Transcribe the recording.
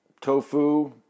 tofu